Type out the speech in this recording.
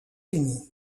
unis